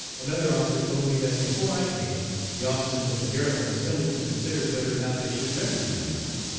another officer told me that before i came the officers of the garrison assembled to consider whether or not they should recognize me.